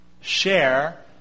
share